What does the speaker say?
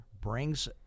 brings